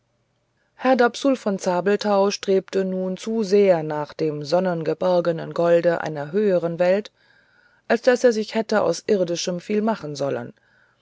herr dapsul von zabelthau strebte zu sehr nach dem sonnegeborgen golde einer höhern welt als daß er sich hätte aus irdischem viel machen sollen